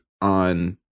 on